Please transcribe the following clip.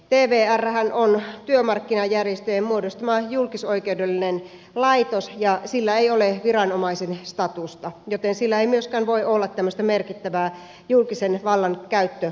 tvrhän on työmarkkinajärjestöjen muodostama julkisoikeudellinen laitos ja sillä ei ole viranomaisen statusta joten sillä ei myöskään voi olla tämmöistä merkittävää julkisen vallan käyttöoikeutta